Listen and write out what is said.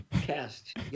cast